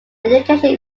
education